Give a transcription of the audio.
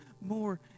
more